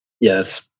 Yes